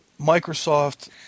Microsoft –